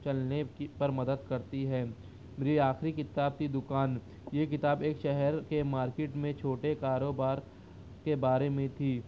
چلنے کی پر مدد کرتی ہے میری آخری کتاب تھی دوکان یہ کتاب ایک شہر کے مارکیٹ میں چھوٹے کاروبار کے بارے میں تھی